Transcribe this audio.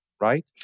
right